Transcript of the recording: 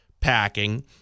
packing